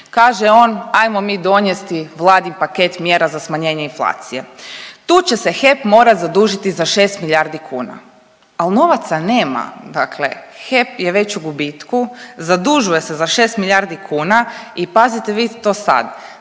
kaže on hajmo mi donesti vladin paket mjera za smanjenje inflacije. Tu će se HEP morati zadužiti za šest milijardi kuna. Ali novaca nema. Dakle, HEP je već u gubitku, zadužuje se za 6 milijardi kuna i pazite vi to sad,